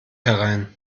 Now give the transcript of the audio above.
herein